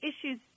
issues